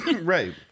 Right